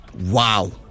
wow